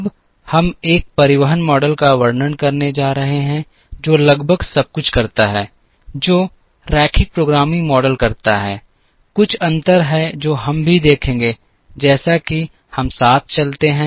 अब हम एक परिवहन मॉडल का वर्णन करने जा रहे हैं जो लगभग सब कुछ करता है जो रैखिक प्रोग्रामिंग मॉडल करता है कुछ अंतर हैं जो हम भी देखेंगे जैसा कि हम साथ चलते हैं